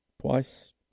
Twice